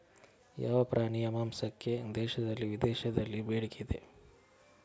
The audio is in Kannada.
ಯಾವ ಪ್ರಾಣಿಯ ಮಾಂಸಕ್ಕೆ ದೇಶದಲ್ಲಿ ವಿದೇಶದಲ್ಲಿ ಬೇಡಿಕೆ ಇದೆ?